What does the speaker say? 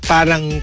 Parang